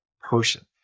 person